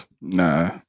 Nah